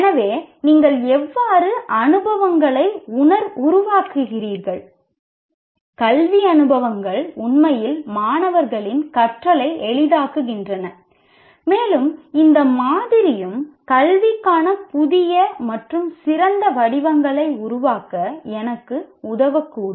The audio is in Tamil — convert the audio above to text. எனவே நீங்கள் எவ்வாறு அனுபவங்களை உருவாக்குகிறீர்கள் கல்வி அனுபவங்கள் உண்மையில் மாணவர்களின் கற்றலை எளிதாக்குகின்றன மேலும் இந்த மாதிரியும் கல்விக்கான புதிய மற்றும் சிறந்த வடிவங்களை உருவாக்க எனக்கு உதவக்கூடும்